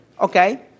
okay